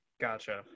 gotcha